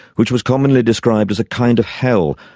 which was commonly described as a kind of hell,